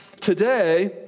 Today